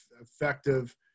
effective